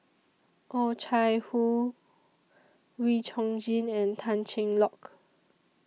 Oh Chai Hoo Wee Chong Jin and Tan Cheng Lock